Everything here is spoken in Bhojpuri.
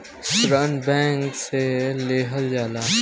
ऋण बैंक से लेहल जाला